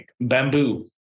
Bamboo